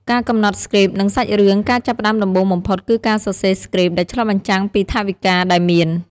ការកំណត់ស្គ្រីបនិងសាច់រឿង ការចាប់ផ្តើមដំបូងបំផុតគឺការសរសេរស្គ្រីបដែលឆ្លុះបញ្ចាំងពីថវិកាដែលមាន។